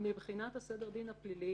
מבחינת סדר הדין הפלילי,